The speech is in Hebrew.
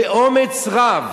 באומץ רב,